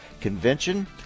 Convention